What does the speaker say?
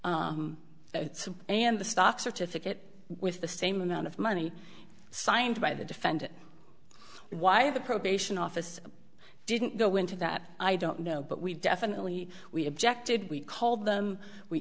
it and the stock certificate with the same amount of money signed by the defendant why the probation officer didn't go into that i don't know but we definitely we objected we called them we